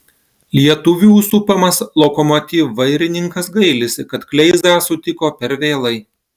lietuvių supamas lokomotiv vairininkas gailisi kad kleizą sutiko per vėlai